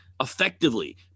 effectively